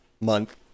month